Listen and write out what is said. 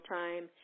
time